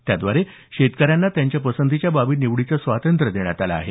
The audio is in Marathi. त्याद्वारे शेतकऱ्यांना त्यांच्या पसंतीच्या बाबी निवडीचे स्वातंत्र्य देण्यात आलं आहे